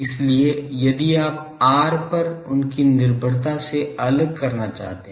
इसलिए यदि आप r पर उनकी निर्भरता से अलग करना चाहते हैं